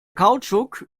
kautschuk